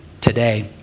today